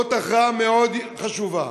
זאת הכרעה מאוד חשובה.